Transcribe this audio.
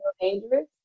dangerous